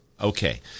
okay